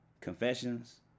Confessions